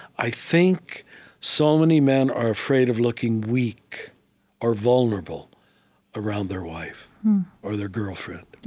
i think so many men are afraid of looking weak or vulnerable around their wife or their girlfriend,